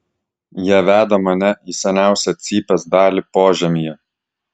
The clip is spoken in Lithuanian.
jie veda mane į seniausią cypės dalį požemyje